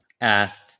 asked